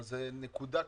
אבל זאת נקודה קטנה,